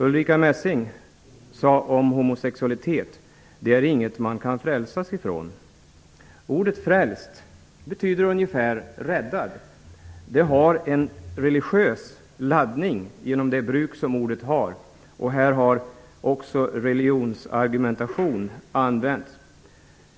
Ulrica Messing sade om homosexualitet att det inte är någonting man kan frälsas ifrån. Ordet ''frälst'' betyder ungefär ''räddad''. Det har en religiös laddning genom det bruk ordet har. Här har också religionsargumentation använts.